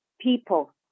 people